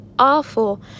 awful